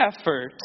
effort